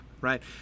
right